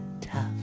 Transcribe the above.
tough